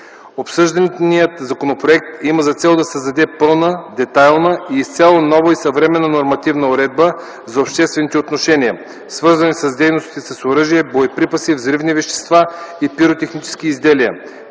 Обсъжданият законопроект има за цел да създаде пълна, детайлна и изцяло нова и съвременна нормативна уредба на обществените отношения, свързани с дейностите с оръжия, боеприпаси, взривни вещества и пиротехнически изделия